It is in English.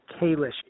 Kalish